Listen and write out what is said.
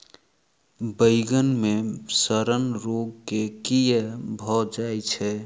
बइगन मे सड़न रोग केँ कीए भऽ जाय छै?